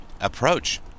approach